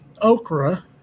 okra